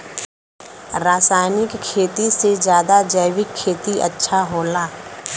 रासायनिक खेती से ज्यादा जैविक खेती अच्छा होला